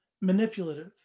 manipulative